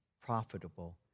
profitable